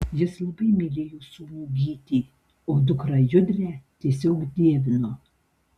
jis labai mylėjo sūnų gytį o dukrą judrę tiesiog dievino